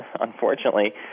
unfortunately